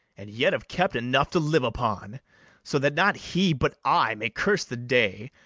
and yet have kept enough to live upon so that not he, but i, may curse the day,